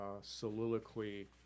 soliloquy